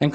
and